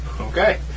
Okay